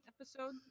episode